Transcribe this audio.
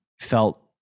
felt